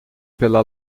pela